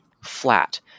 flat